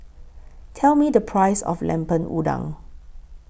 Tell Me The Price of Lemper Udang